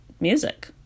music